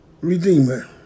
redeemer